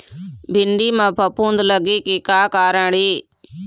भिंडी म फफूंद लगे के का कारण ये?